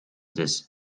this